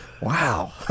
Wow